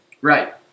Right